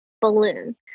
balloon